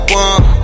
one